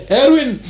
erwin